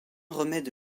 remède